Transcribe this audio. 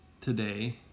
today